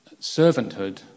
servanthood